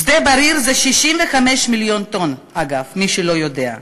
שדה-בריר זה 65 מיליון טונות, אגב, מי שלא יודע.